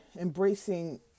embracing